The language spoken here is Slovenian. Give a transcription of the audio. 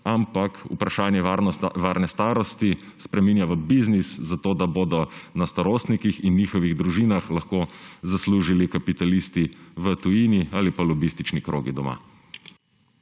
ampak vprašanje varne starosti spreminja v biznis, da bodo na starostnikih in njihovih družinah lahko zaslužili kapitalisti v tujini ali pa lobistični krogi doma.